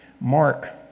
Mark